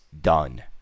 done